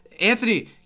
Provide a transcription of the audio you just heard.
Anthony